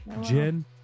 Jen